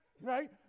right